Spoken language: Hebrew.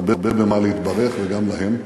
הרבה במה להתברך, וגם להם.